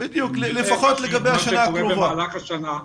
נראה מה שקורה במהלך השנה.